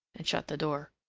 and shut the door.